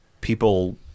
people